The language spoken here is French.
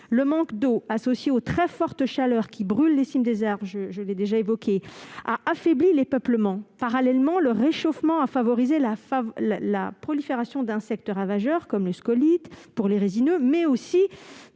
Le manque d'eau, associé aux très fortes chaleurs qui brûlent la cime des arbres, a affaibli les peuplements. Parallèlement, le réchauffement a favorisé la prolifération d'insectes ravageurs, comme les scolytes pour les résineux, mais aussi